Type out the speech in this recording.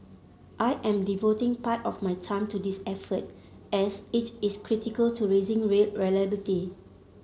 I am devoting part of my time to this effort as it is critical to raising rail reliability